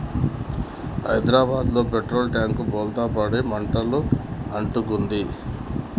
హైదరాబాదులో petrol tank బోల్తా పడి మంటలు అంటుకుంది